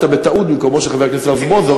בטעות במקומו של חבר הכנסת רזבוזוב,